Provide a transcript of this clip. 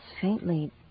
faintly